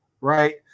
right